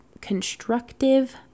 constructive